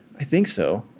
i think so.